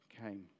came